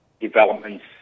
developments